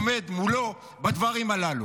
עומד מולו בדברים הללו.